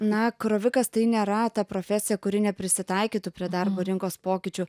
na krovikas tai nėra ta profesija kuri neprisitaikytų prie darbo rinkos pokyčių